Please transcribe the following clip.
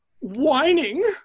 whining